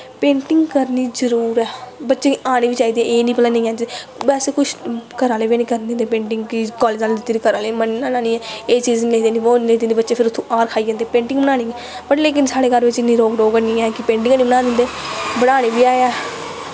painting करनी जरूर ऐ पेंटिंग बच्चें गी आनी बी चाहिदी ऐ एह् निं ऐ कि भलां नेईं आनी चाहिदी बैसे कुछ घरै आह्ले बी निं करन दिंदे पेंटिंग कि कालेज आह्ले कि तेरे घर आह्लें मन्नना गै निं ऐ एह् चीज़ निं होन देनी वो नेईं होन देनी बच्चे फिर इत्थूं हार खाई जंदे पेंटिंग बनानी पर लेकिन साढ़े घर बिच्च इन्नी रोक टोक हैनी ऐ कि पेंटिंगा निं बनान दिंदे